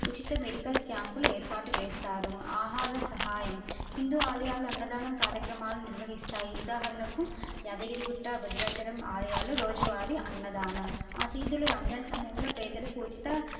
ఉచిత మెడికల్ క్యాంపులు ఏర్పాటు చేస్తారు ఆహార సహాయం హిందూ ఆలయాలు అన్నదానం కార్యక్రమాలు నిర్వహిస్తాయి ఉదాహరణకు యాదగిరిగుట్ట భద్రాచలం ఆలయాలు రోజువారి అన్నదానం మసీదులు రంజాన్ సమయంలో పేదలకు ఉచిత